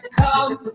come